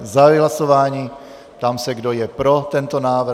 Zahajuji hlasování, ptám se, kdo je pro tento návrh.